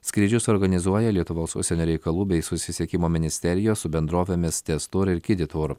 skrydžius organizuoja lietuvos užsienio reikalų bei susisiekimo ministerijos su bendrovėmis tez tour ir kidy tour